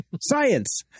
science